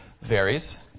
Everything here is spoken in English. varies